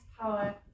power